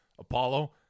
Apollo